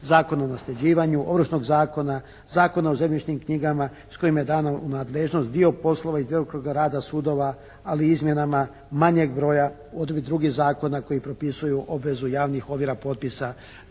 Zakona o nasljeđivanju, Ovršnog zakona, Zakona o zemljišnim knjigama s kojima je dano u nadležnost dio poslova iz djelokruga rada sudova, ali izmjenama manjeg broja od ovih drugih zakona koji propisuju obvezu javnih ovjera potpisa